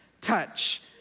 touch